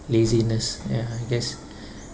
laziness ya I guess